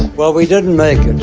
well, we didn't make and